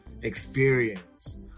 experience